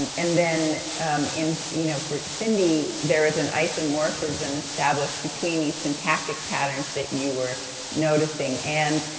and and then in, you know, for cindy, there was an isomorphism established between these syntactic patterns that you were noticing, and,